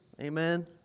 amen